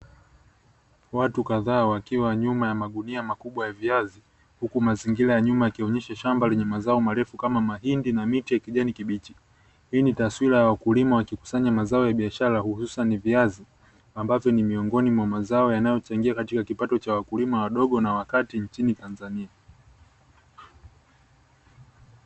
Watu kadhaa wakiwa nyuma ya magunia makubwa ya viazi huku mazingira ya nyuma yakionyesha shamba lenye mimea mirefu kama mahindi na miti ya kijani kibichi. Hii ni taswira ya wakulima wakikusanya mazao ya biashara hususani viazi ambavyo ni miongoni mwa mazao yanayochangia katika kipato cha wakulima wadogo na wakati nchini Tanzania.